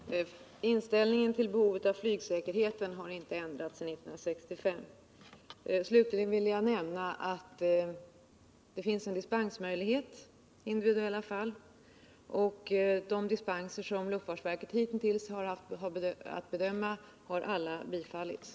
Herr talman! Inställningen till behovet av flygsäkerhet har inte ändrats sedan 1965. Slutligen vill jag nämna att det finns en dispensmöjlighet i individuella fall. Och de dispenser som luftfartsverket hitintills haft att bedöma har alla bifallits.